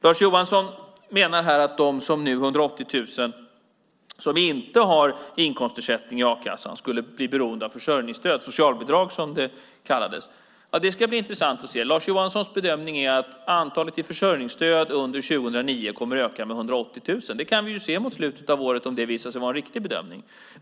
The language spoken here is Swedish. Lars Johansson menar här att de 180 000 som nu inte har inkomstersättning i a-kassan skulle bli beroende av försörjningsstöd, eller socialbidrag som det tidigare kallades. Det ska bli intressant att se. Lars Johanssons bedömning är att antalet i försörjningsstöd under 2009 kommer att öka med 180 000. Vi kan se i slutet av året om det visar sig vara en riktig bedömning.